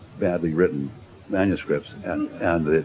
badly-written manuscripts and